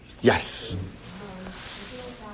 Yes